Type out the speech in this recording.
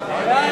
קדימה להביע